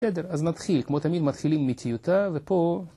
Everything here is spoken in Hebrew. אז נתחיל כמו תמיד מתחילים מטיוטה ופה